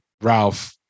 Ralph